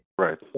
Right